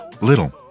Little